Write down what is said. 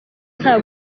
nta